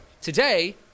today